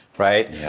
right